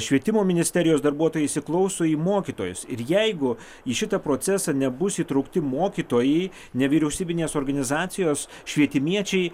švietimo ministerijos darbuotojai įsiklauso į mokytojus ir jeigu į šitą procesą nebus įtraukti mokytojai nevyriausybinės organizacijos švietimiečiai